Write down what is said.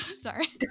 sorry